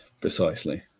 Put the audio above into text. Precisely